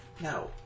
No